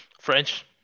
French